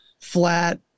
flat